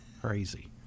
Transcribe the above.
crazy